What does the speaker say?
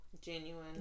genuine